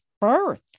birth